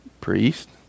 priest